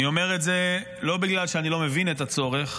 אני אומר את זה לא בגלל שאני לא מבין את הצורך,